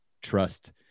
trust